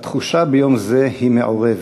והתחושה ביום זה היא מעורבת.